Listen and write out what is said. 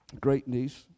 great-niece